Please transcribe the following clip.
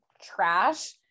trash